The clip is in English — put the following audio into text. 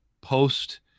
post